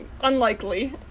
Unlikely